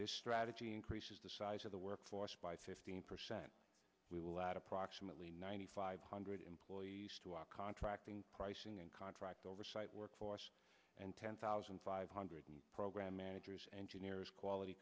this strategy increases the size of the workforce by fifteen percent we will add approximately ninety five hundred employees to our contracting pricing and contract oversight workforce and ten thousand five hundred program managers engineers quality